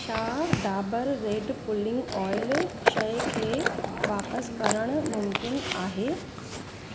छा Dabur red pulling oil शइ खे वापिसि करणु मुमकिन आहे